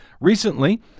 Recently